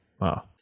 Wow